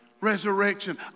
resurrection